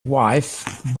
wife